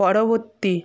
পরবর্তী